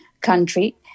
country